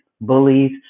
bullies